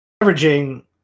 averaging